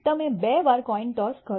તમે બે વાર કોઈન ટોસ કરો